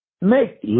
make